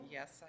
Yes